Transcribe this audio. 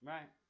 Right